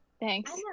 Thanks